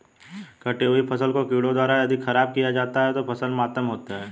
कटी हुयी फसल को कीड़ों द्वारा यदि ख़राब किया जाता है तो फसल मातम होता है